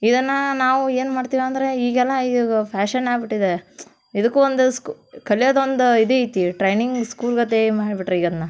ಇದನ್ನು ನಾವು ಏನು ಮಾಡ್ತೀವಂದರೆ ಈಗೆಲ್ಲ ಈಗ ಫ್ಯಾಷನ್ ಆಗ್ಬಿಟ್ಟಿದೆ ಇದಕ್ಕೂ ಒಂದು ಸ್ಕೂ ಕಲ್ಯೋದೊಂದು ಇದೈತಿ ಟ್ರೈನಿಂಗ್ ಸ್ಕೂಲ್ಗತೆ ಮಾಡ್ಬಿಟ್ರೆ ಈಗ ಅದನ್ನ